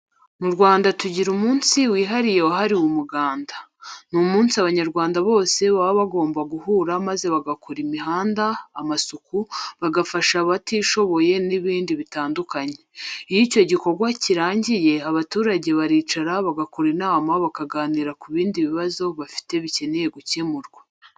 Mu Rwanda tugira umunsi wihariye wahariwe Umuganda. Ni umunsi Abanyarwanda bose baba bagomba guhura maze bagakora imihanda, amasuku, bagafasha abatishoboye n'ibindi bitandukanye. Iyo icyo gikorwa kirangiye abaturage baricara bagakora inama bakaganira ku bindi bibazo bafite bikeneye gukemurwa.